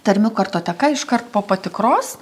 tarmių kartoteka iškart po patikros